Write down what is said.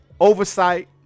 oversight